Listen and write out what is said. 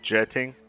Jetting